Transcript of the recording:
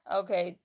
okay